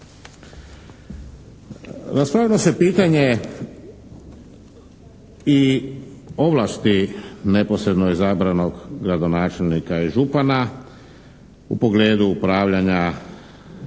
Raspravljalo se pitanje i ovlasti neposredno izabranog gradonačelnika i župana u pogledu upravljanja